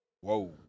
Whoa